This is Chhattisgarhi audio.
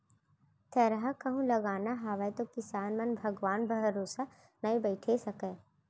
थरहा कहूं लगाना हावय तौ किसान मन भगवान भरोसा नइ बइठे सकयँ